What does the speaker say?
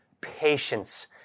patience